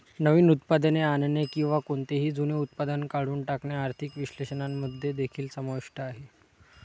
नवीन उत्पादने आणणे किंवा कोणतेही जुने उत्पादन काढून टाकणे आर्थिक विश्लेषकांमध्ये देखील समाविष्ट आहे